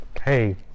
Hey